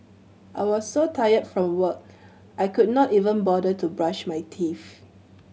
I was so tired from work I could not even bother to brush my teeth